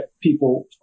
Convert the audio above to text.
people